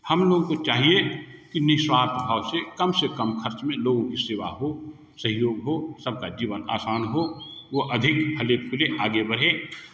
हम लोगों को चाहिए की निस्वार्थ भाव से कम से कम खर्च में लोगों को सेवा हो सहयोग हो सबका जीवन आसान हो वो अधिक अधिक खुलें आगे बढ़ें